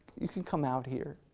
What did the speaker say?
you can come out here